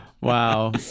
Wow